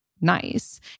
nice